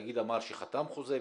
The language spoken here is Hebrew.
התאגיד אמר שחתם חוזה.